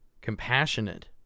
compassionate